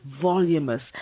voluminous